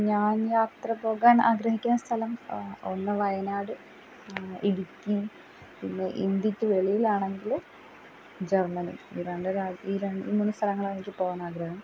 ഞാൻ യാത്രപോകാൻ ആഗ്രഹിക്കുന്ന സ്ഥലം ഒന്ന് വയനാട് ഇടുക്കി പിന്നെ ഇന്ത്യക്ക് വെളിയിലാണെങ്കില് ജർമ്മനി ഈ രണ്ട് ഈ രണ്ട് മൂന്ന് സ്ഥലങ്ങളാണ് എനിക്ക് പോകാനാഗ്രഹം